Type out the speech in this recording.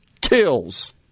kills